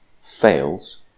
fails